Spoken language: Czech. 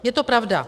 Je to pravda.